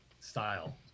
Style